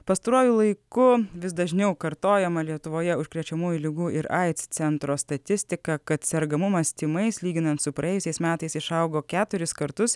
pastaruoju laiku vis dažniau kartojama lietuvoje užkrečiamųjų ligų ir aids centro statistika kad sergamumas tymais lyginant su praėjusiais metais išaugo keturis kartus